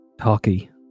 talky